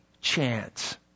chance